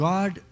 God